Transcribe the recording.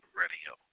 radio